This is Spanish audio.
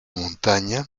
montaña